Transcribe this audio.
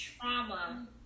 trauma